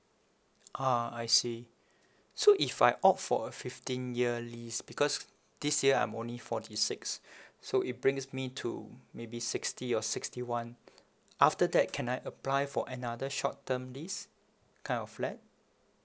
ah I see so if I opt for a fifteen year lease because this year I'm only forty six so it brings me to maybe sixty or sixty one after that can I apply for another short term lease kind of flat